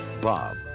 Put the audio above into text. Bob